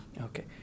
Okay